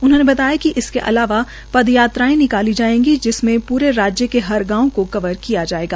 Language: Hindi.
उन्होंने बताया कि इसके अलावा पदयात्राएं निकाली जायेगी जिसमें प्रे राज्य के हर गांव के कवर किया जायेगा